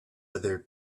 other